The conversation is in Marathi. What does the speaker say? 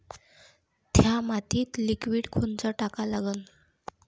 थ्या मातीत लिक्विड कोनचं टाका लागन?